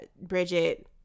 bridget